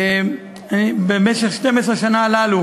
לעומתם, במשך 12 השנה הללו